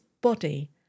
body